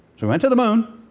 so and to the moon,